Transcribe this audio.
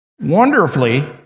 wonderfully